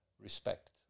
respect